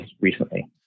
recently